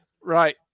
Right